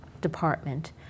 department